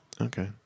okay